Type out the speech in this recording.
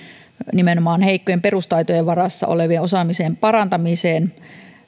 nimenomaan heikkojen perustaitojen varassa olevien osaamisen parantamiseen